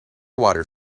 water